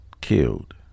killed